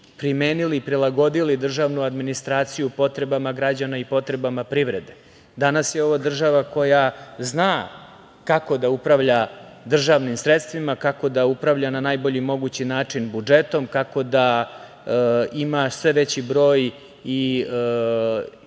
primenili i prilagodili državnu administraciju potrebama građana i potrebama privrede. Danas je ovo država koja zna kako da upravlja državnim sredstvima, kako da upravlja na najbolji mogući način budžetom, kako da ima sve veći broj